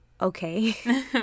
Okay